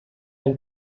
ein